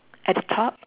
at the top